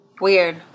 Weird